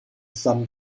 some